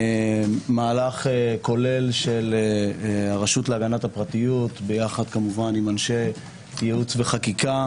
מהלך כולל של הרשות להגנת הפרטיות יחד עם אנשי ייעוץ וחקיקה.